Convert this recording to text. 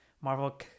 Marvel